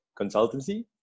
consultancy